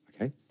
okay